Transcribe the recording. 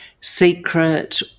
secret